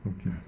Okay